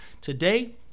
today